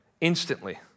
instantly